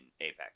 apex